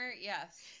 yes